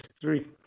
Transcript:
three